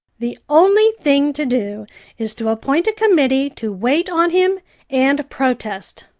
the only thing to do is to appoint a committee to wait on him and protest,